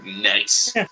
nice